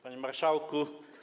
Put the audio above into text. Panie Marszałku!